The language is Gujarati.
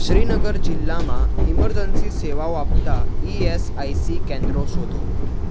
શ્રીનગર જિલ્લામાં ઇમર્જન્સી સેવાઓ આપતાં ઇ એસ આઇ સી કેન્દ્રો શોધો